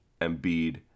Embiid